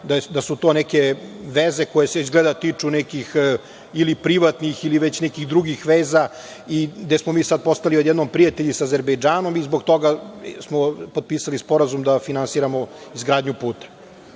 da su to neke veze koje se izgleda tiču nekih ili privatnih ili već nekih drugih veza i gde smo mi sad postali odjednom prijatelji sa Azerbejdžanom i zbog toga smo potpisali Sporazum da finansiramo izgradnju puta. Ono